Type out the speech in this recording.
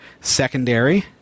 secondary